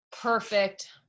perfect